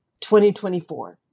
2024